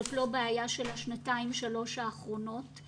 זאת לא בעיה של השנתיים-שלוש האחרונות,